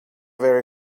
very